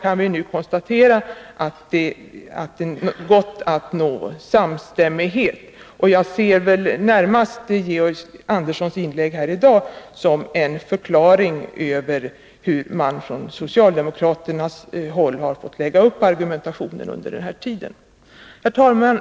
Men vi kan nu konstatera att det gått att nå samstämmighet om en framkomlig väg. Jag ser närmast Georg Anderssons inlägg här i dag som en förklaring till den socialdemokratiska positionen och argumentationen under den här tiden. Herr talman!